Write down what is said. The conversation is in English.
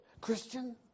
Christian